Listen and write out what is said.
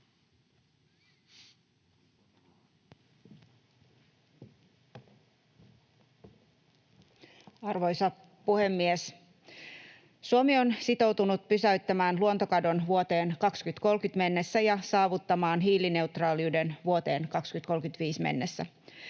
Arvoisa puhemies! Suomi on sitoutunut pysäyttämään luontokadon vuoteen 2030 mennessä ja saavuttamaan hiilineutraaliuden vuoteen 2035 mennessä.